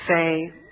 say